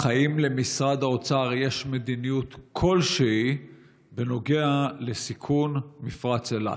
האם למשרד האוצר יש מדיניות כלשהי בנוגע לסיכון מפרץ אילת?